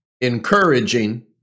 encouraging